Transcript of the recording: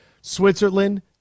Switzerland